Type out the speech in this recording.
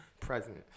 president